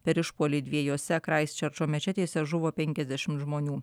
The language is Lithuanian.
per išpuolį dviejose kraistčerčo mečetėse žuvo penkiasdešimt žmonių